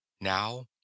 now